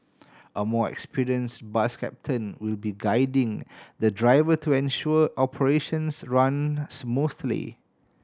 a more experienced bus captain will be guiding the driver to ensure operations run smoothly